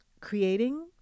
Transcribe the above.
creating